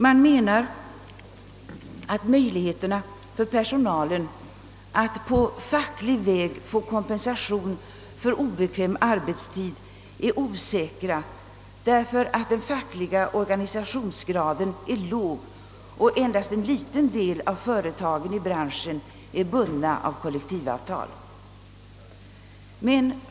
Man menar att möjligheterna för personalen att på facklig väg få kompensation för obekväm arbetstid är osäkra, eftersom den fackliga organisationsgraden är låg och endast en liten del av företagen i branschen är bunden av kollektivavtal.